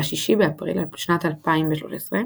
ב-6 באפריל שנת 2013,